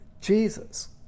Jesus